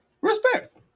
respect